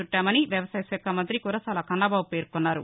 చుట్టామని వ్యవసాయ శాఖ మంఁతి కురసాల కన్నబాబు పేర్కొన్నారు